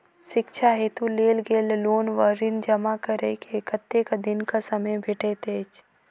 शिक्षा हेतु लेल गेल लोन वा ऋण जमा करै केँ कतेक दिनक समय भेटैत अछि?